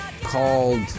called